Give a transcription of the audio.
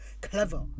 clever